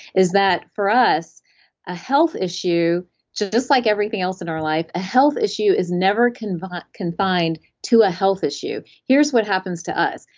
is that for us a health issue just like everything else in our life, a health issue is never confined confined to a health issue. here is what happens to us,